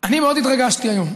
אני מאוד התרגשתי היום,